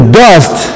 dust